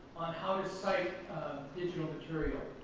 on how to site digital material.